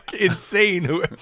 insane